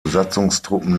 besatzungstruppen